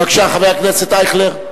בבקשה, חבר הכנסת ישראל אייכלר.